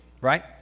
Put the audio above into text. right